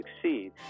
succeed